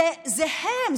זה הם,